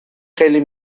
kylie